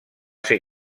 ser